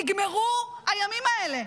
נגמרו הימים האלה,